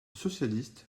socialiste